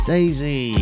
Daisy